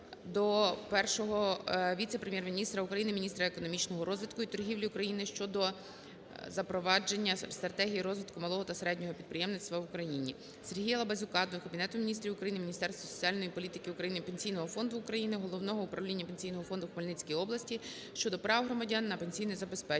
до Першого віце-прем'єр-міністра України - міністра економічного розвитку і торгівлі України щодо запровадження Стратегії розвитку малого та середнього підприємництва в Україні. Сергія Лабазюка до Кабінету Міністрів України, Міністерства соціальної політики України, Пенсійного фонду України, Головного управління Пенсійного фонду у Хмельницький області щодо прав громадян на пенсійне забезпечення.